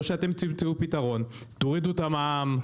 או שאתם תמצאו פתרון, תורידו את המע"מ,